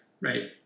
Right